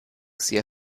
sehr